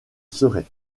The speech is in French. serait